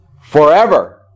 forever